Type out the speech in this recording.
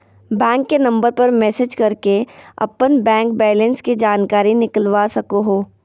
bank के number पर message करके अपन बैंक बैलेंस के जानकारी निकलवा सको हो